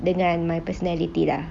dengan my personality lah